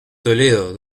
toledo